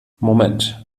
moment